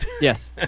Yes